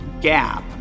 gap